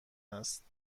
است